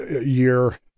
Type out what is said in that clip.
year